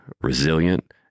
resilient